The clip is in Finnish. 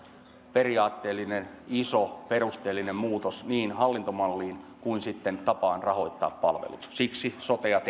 periaatteellinen iso perusteellinen muutos niin hallintomalliin kuin sitten tapaan rahoittaa palvelut siksi sotea